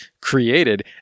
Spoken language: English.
created